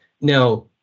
now